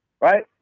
Right